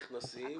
נכנסים,